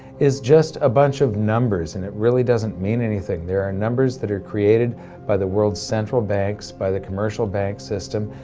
is just a bunch of numbers and it really doesn't mean anything there are numbers that are created by the world's central banks, by the commercial bank system,